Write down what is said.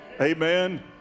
Amen